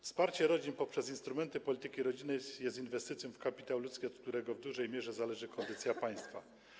Wsparcie rodzin poprzez instrumenty polityki rodzinnej jest inwestycją w kapitał ludzki, od którego w dużej mierze zależy kondycja państwa.